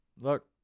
look